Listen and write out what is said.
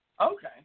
Okay